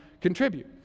contribute